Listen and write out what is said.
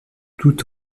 tout